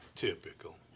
Typical